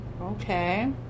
Okay